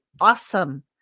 awesome